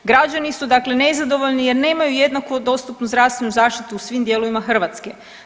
Građani su dakle nezadovoljni je nemaju jednako dostupnu zdravstvenu zaštiti u svim dijelovima Hrvatske.